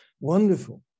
wonderful